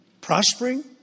prospering